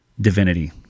divinity